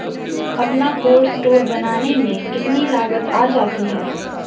अपना cold store बनाने में कितनी लागत आ जाती है?